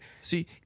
See